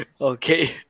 okay